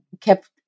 kept